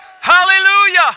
Hallelujah